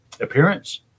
appearance